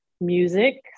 Music